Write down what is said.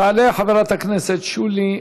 תעלה חברת הכנסת שולי מועלם-רפאלי,